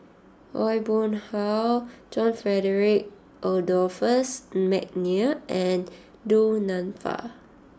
Aw Boon Haw John Frederick Adolphus McNair and Du Nanfa